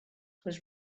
was